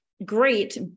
great